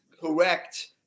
correct